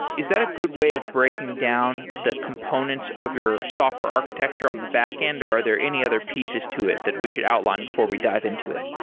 is that a good way of breaking down the components of your software architecture on the backend, or are there any other pieces to it that we should outline before we dive into it?